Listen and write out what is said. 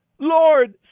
Lord